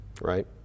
Right